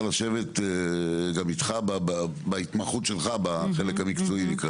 לשבת גם אתך בהתמחות שלך בחלק המקצועי.